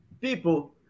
people